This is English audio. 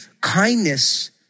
kindness